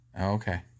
okay